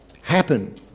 happen